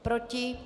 Proti?